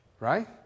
Right